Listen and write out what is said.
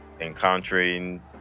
encountering